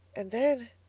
and then